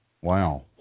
Wow